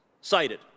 cited